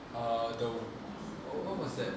uh the w~ what was that